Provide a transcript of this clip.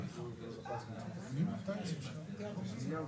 שכבר קראנו והם